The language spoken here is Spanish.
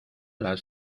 las